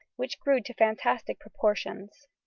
which grew to fantastic proportions.